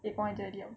eh kurang ajar diam